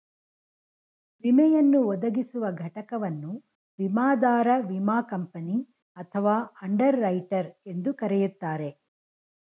ವಿಮೆಯನ್ನು ಒದಗಿಸುವ ಘಟಕವನ್ನು ವಿಮಾದಾರ ವಿಮಾ ಕಂಪನಿ ಅಥವಾ ಅಂಡರ್ ರೈಟರ್ ಎಂದು ಕರೆಯುತ್ತಾರೆ